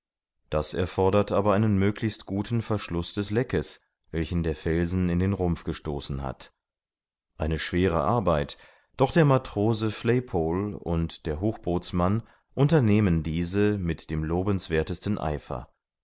das erfordert aber einen möglichst guten verschluß des leckes welchen der felsen in den rumpf gestoßen hat eine schwere arbeit doch der matrose flaypol und der hochbootsmann unternehmen diese mit dem lobenswerthesten eifer